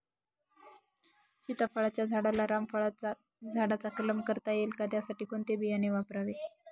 सीताफळाच्या झाडाला रामफळाच्या झाडाचा कलम करता येईल का, त्यासाठी कोणते बियाणे वापरावे?